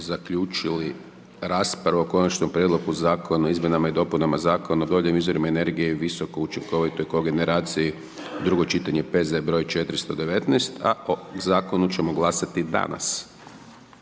zaključili raspravu o Konačnom prijedlogu Zakona o izmjenama i dopunama Zakona o obnovljivim izvorima energije i visokoučinkovitoj kogeneraciji, drugo čitanje P.Z. broj 419, a o zakonu ćemo glasati danas.